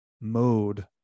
mode